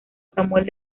samuel